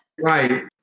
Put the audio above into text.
Right